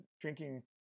drinking